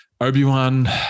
Obi-Wan